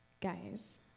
guys